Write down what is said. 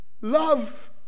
love